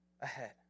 ahead